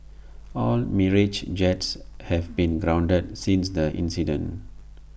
all Mirage jets have been grounded since the incident